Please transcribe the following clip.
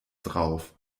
drauf